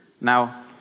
Now